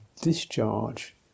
discharge